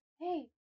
hey